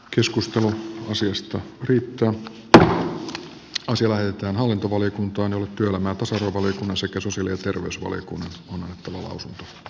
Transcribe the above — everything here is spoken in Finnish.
keskustelu asiasta riittää kun sille että hallintovaliokunta on ollut työelämän tasa arvo on sekä susille terveysvaliokunnan on nollatyöehtosopimus tuo